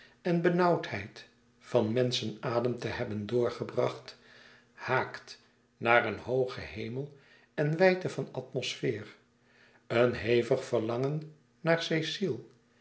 en benauwdheid van menschenadem te hebben doorgebracht haakt naar eenen hoogen hemel en wijdte van atmosfeer een hevig verlangen naar cecile